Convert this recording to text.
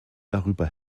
darüber